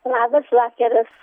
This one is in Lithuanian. labas vakaras